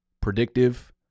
predictive